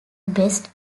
best